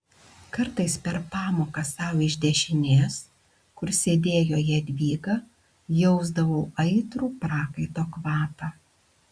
kartais per pamoką sau iš dešinės kur sėdėjo jadvyga jausdavau aitrų prakaito kvapą